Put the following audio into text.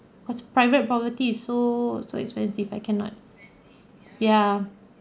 because private property is so so expensive I cannot ya